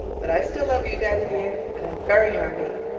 but i still love you, daddy dear, and i'm very happy.